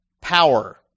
power